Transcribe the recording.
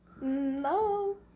No